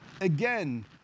Again